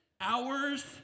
hours